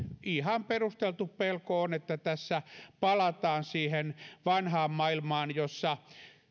ihan perusteltu pelko on että tässä palataan siihen vanhaan maailmaan jossa